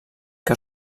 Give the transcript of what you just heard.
que